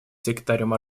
секретарем